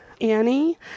Annie